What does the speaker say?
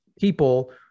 people